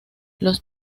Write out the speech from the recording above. los